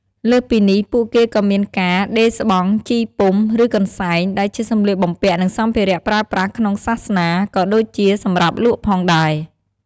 លើសពីនេះ ពួកគេក៏មានការ ដេរស្បង់ ជីពុំ ឬកន្សែង ដែលជាសម្លៀកបំពាក់ និងសម្ភារៈប្រើប្រាស់ក្នុងសាសនា ក៏ដូចជាសម្រាប់លក់ផងដែរ។